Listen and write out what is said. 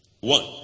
One